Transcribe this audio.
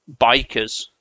bikers